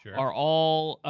yeah are all,